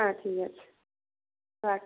হ্যাঁ ঠিক আছে রাখছি